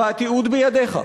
והתיעוד בידיך.